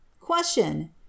Question